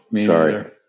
Sorry